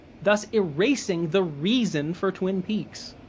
thus erasing the reason for twin peaks.